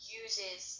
uses